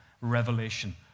revelation